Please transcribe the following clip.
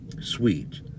sweet